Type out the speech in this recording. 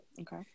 Okay